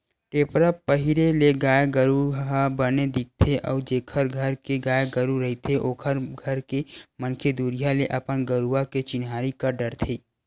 टेपरा पहिरे ले गाय गरु ह बने दिखथे अउ जेखर घर के गाय गरु रहिथे ओखर घर के मनखे दुरिहा ले अपन गरुवा के चिन्हारी कर डरथे